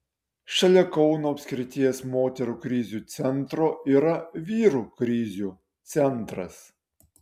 šalia kauno apskrities moterų krizių centro yra vyrų krizių centras